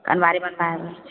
तऽ अनमारी बनबैबे